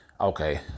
Okay